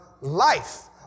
life